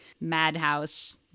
madhouse